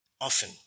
often